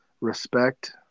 Respect